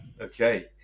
Okay